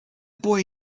boy